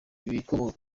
ibikomoka